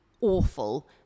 awful